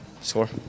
score